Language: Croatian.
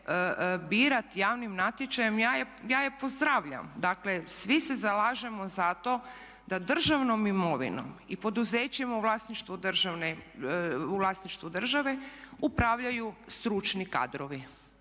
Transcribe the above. birati javnim natječajem, ja je pozdravljam. Dakle svi se zalažemo za to da državnom imovinom i poduzećima u vlasništvu države upravljaju stručni kadrovi.